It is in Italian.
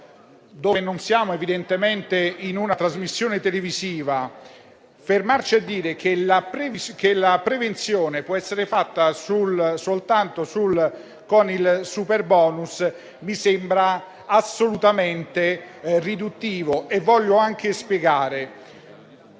dove non siamo evidentemente in una trasmissione televisiva, che la prevenzione può essere fatta soltanto con il superbonus, mi sembra assolutamente riduttivo e voglio anche spiegare